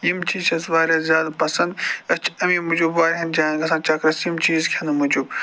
یِم چیٖز چھِ اَسہِ واریاہ زیادٕ پَسنٛد أسۍ چھِ أمی موجوٗب واریاہَن جایَن گژھان چَکرَس یِم چیٖز کھیٚنہٕ موجوٗب